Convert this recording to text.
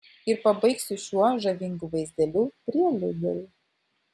ir pabaigsiu šiuo žavingu vaizdeliu prie lidl